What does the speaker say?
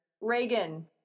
Reagan